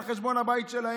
על חשבון הבית שלהם,